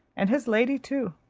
and his lady too,